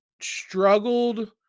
struggled